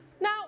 Now